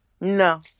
no